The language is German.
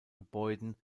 gebäuden